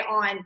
on